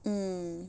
mm